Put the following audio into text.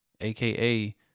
aka